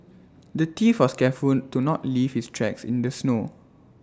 the thief was careful to not leave his tracks in the snow